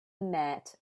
met